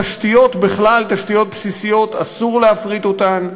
תשתיות בכלל, תשתיות בסיסיות, אסור להפריט אותן.